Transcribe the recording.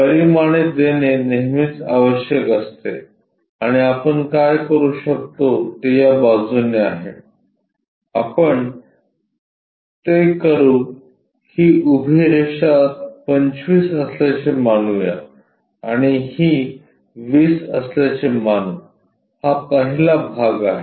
परिमाणे देणे नेहमीच आवश्यक असते आणि आपण काय करू शकतो ते या बाजूने आहे आपण ते करू ही उभी रेषा 25 असल्याचे मानू या आणि ही 20 असल्याचे मानू हा पहिला भाग आहे